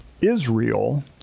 Israel